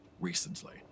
recently